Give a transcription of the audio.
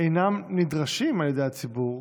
אינם נדרשים על ידי הציבור,